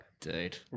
dude